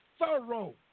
thorough